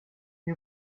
you